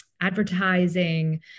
advertising